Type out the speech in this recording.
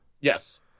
Yes